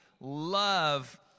love